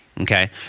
Okay